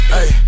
Hey